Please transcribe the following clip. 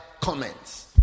comments